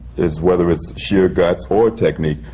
is whether it's sheer guts or technique,